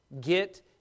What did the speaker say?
get